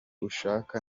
ushaka